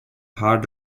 hard